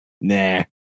Nah